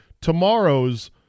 tomorrow's